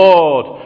Lord